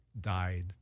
died